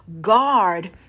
guard